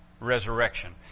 resurrection